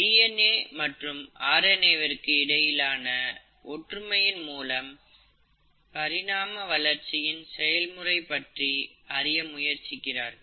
D N A மற்றும் R N A விற்கு இடையிலான ஒற்றுமையின் மூலம் பரிணாம வளர்ச்சியின் செயல்முறை பற்றி அறிய முயற்சிக்கிறார்கள்